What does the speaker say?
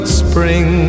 spring